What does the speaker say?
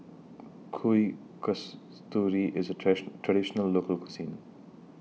Kuih Kasturi IS A Traditional Local Cuisine